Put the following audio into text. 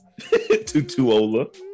Tutuola